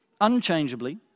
unchangeably